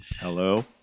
Hello